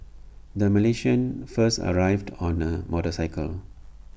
the Malaysians first arrived on A motorcycle